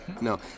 No